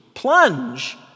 Plunge